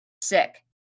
sick